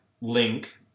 link